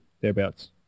thereabouts